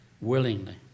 willingly